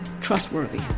trustworthy